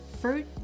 fruit